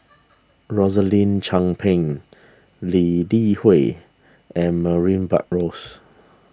Rosaline Chan Pang Lee Li Hui and Murray Buttrose